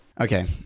Okay